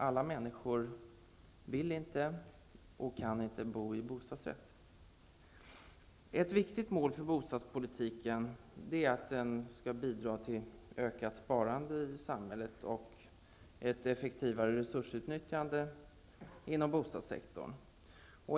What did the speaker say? Alla människor vill och kan inte bo i bostadsrätt. Ett viktigt mål för bostadspolitiken är att den skall bidra till ökat sparande i samhället och ett effektivare resursutnyttjande inom bostadssektorn.